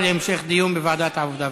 לוועדת העבודה,